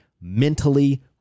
mentally